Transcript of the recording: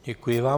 Děkuji vám.